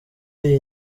iyi